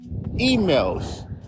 emails